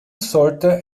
sollte